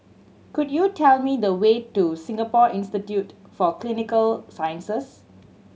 could you tell me the way to Singapore Institute for Clinical Sciences